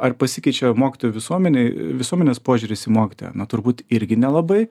ar pasikeičia mokytojų visuomenėj visuomenės požiūris į mokytoją na turbūt irgi nelabai